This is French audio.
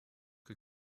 que